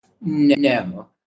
No